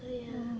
oh ya